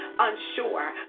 unsure